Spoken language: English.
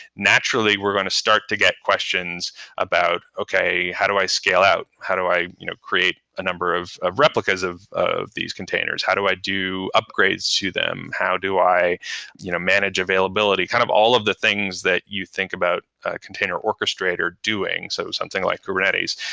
naturally, we're going to start to get questions about, okay. how do i scale out? how to i you know create a number of of replicas of of these containers? how do i do upgrades to them? how do i you know manage availability? kind of all of the things that you think about container orchestrator doing, so something like kubernetes.